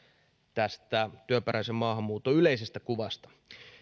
työperäisen maahanmuuton yleisestä kuvasta